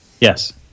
yes